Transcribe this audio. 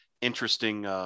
interesting